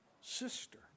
sister